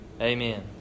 Amen